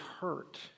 hurt